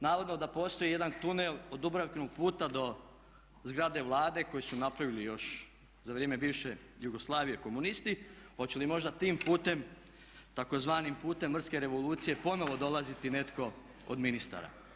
Navodno da postoji jedan tunel od Dubravkinog puta do zgrade Vlade koji su napravili još za vrijeme bivše Jugoslavije komunisti pa hoće li možda tim putem tzv. putem mrske revolucije ponovno dolaziti netko od ministara?